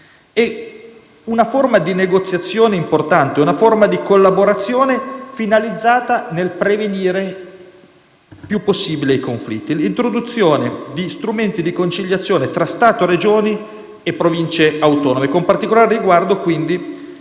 Una forma di negoziazione importante, una forma di collaborazione finalizzata al prevenire il più possibile i conflitti, è stata l'introduzione di strumenti di conciliazione tra Stato, Regioni e Province autonome, con particolare riguardo